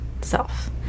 self